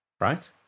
right